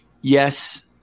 yes